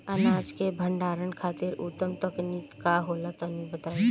अनाज के भंडारण खातिर उत्तम तकनीक का होला तनी बताई?